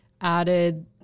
added